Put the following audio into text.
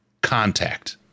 contact